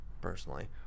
personally